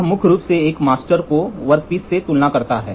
यह मुख्य रूप से एक मास्टर को वर्कपीस से तुलना करता था